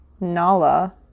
Nala